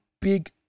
big